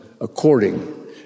according